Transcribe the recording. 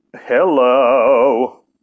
Hello